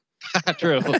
True